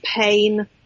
pain